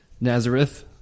Nazareth